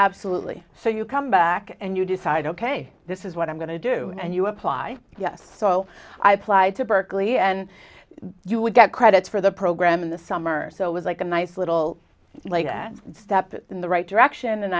absolutely so you come back and you decide ok this is what i'm going to do and you apply yes so i applied to berkeley and you would get credit for the program in the summer so it was like a nice little leg that step in the right direction and